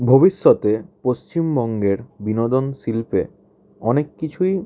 ভবিষ্যতে পশ্চিমবঙ্গের বিনোদন শিল্পে অনেক কিছুই